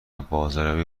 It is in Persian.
بازاریابی